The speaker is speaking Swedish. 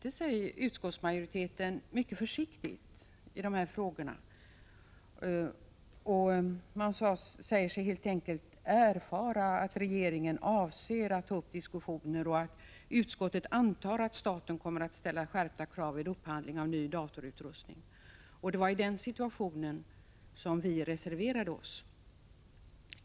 Från utskottsmajoritetens sida uttryckte man sig ändå mycket försiktigt i dessa frågor. Man säger sig helt enkelt ha erfarit att regeringen avser att ta upp diskussioner i detta sammahang. Vidare säger man: Utskottet antar att staten kommer att skärpa kraven vid upphandlingen av ny datorutrustning. Mot den bakgrunden har vi reserverat oss.